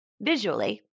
visually